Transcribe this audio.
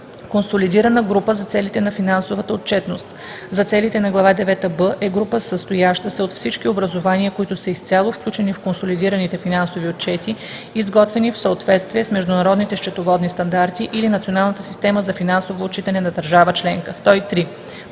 „Консолидирана група за целите на финансовата отчетност“ за целите на глава девета „б“ е група, състояща се от всички образувания, които са изцяло включени в консолидираните финансови отчети, изготвени в съответствие с Международните счетоводни стандарти или националната система за финансово отчитане на държава членка. 103.